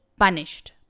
punished